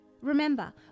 Remember